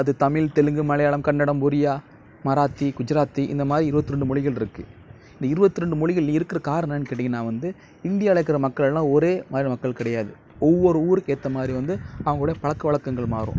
அது தமிழ் தெலுங்கு மலையாளம் கன்னடம் ஒரியா மராத்தி குஜராத்தி இந்தமாதிரி இருபத்ரெண்டு மொழிகள் இருக்குது இந்த இருபத்துரெண்டு மொழிகள் இருக்கிற காரணம் என்னன்னு கேட்டிங்கன்னா வந்து இந்தியாவில் இருக்கிற மக்கள் எல்லாம் ஒரே மாதிரி மக்கள் கிடையாது ஒவ்வொரு ஊருக்கேத்தமாதிரி வந்து அவங்களோடைய பழக்க வழக்கங்கள் மாறும்